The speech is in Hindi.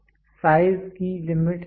साइज की लिमिट्स क्या हैं